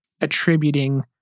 attributing